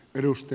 peruste